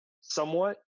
Somewhat